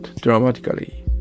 dramatically